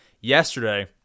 yesterday